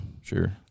sure